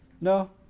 No